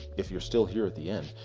if you're still here at the end,